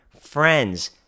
friends